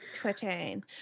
twitching